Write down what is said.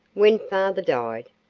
when father died,